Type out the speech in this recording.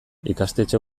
ikastetxe